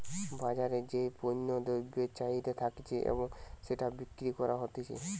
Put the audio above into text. বাজারে যেই পণ্য দ্রব্যের চাহিদা থাকতিছে এবং সেটা বিক্রি করা হতিছে